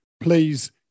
please